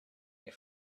you